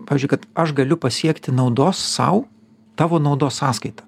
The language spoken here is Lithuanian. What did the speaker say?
pavyzdžiui kad aš galiu pasiekti naudos sau tavo naudos sąskaita